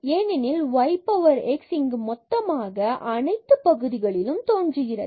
ஏனெனில் y power x இங்கு மொத்தமாக அனைத்து பகுதிகளிலும் தோன்றுகிறது